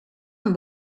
amb